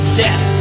death